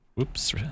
Oops